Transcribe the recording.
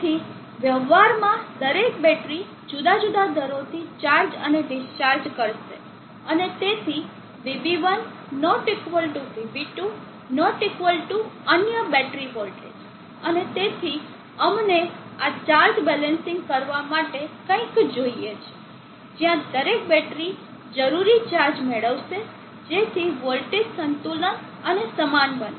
તેથી વ્યવહારમાં દરેક બેટરી જુદા જુદા દરોથી ચાર્જ અને ડિસ્ચાર્જ કરશે અને તેથી VB1 ≠ VB2 ≠ અન્ય બેટરી વોલ્ટેજ અને તેથી અમને આ ચાર્જ બેલેન્સિંગ કરવા માટે કંઈક જોઈએ છે જ્યાં દરેક બેટરી જરૂરી ચાર્જ મેળવશે જેથી વોલ્ટેજ સંતુલન અને સમાન બને